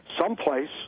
someplace